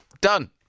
Done